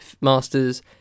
masters